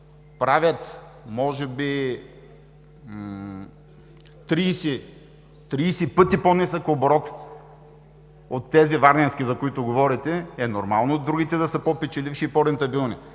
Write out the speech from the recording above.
правят може би 30 пъти по-нисък оборот от тези Варненски, за които говорите, е нормално другите да са по-печеливши и по-рентабилни.